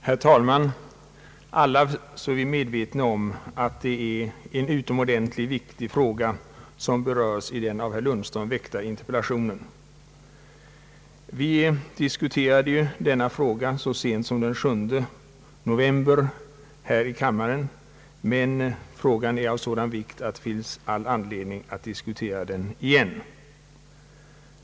Herr talman! Alla är vi medvetna om att det är en utomordentligt viktig fråga som berörs i den av herr Lundström väckta interpellationen. Så sent som den 7 november diskuterade vi denna fråga här i kammaren, men den är av sådan betydelse att det finns all anledning att diskutera den igen.